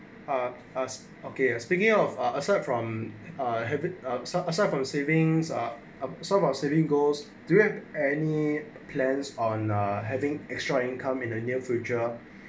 ah us okay uh speaking of ah aside from harvard habit so aside from savings are some are saving goals do you have any plans on having extra income in the near future